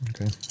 Okay